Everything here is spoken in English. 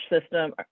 system